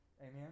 Amen